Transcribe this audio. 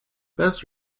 best